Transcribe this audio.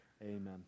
Amen